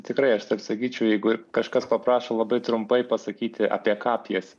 tikrai aš taip sakyčiau jeigu kažkas paprašo labai trumpai pasakyti apie ką pjesė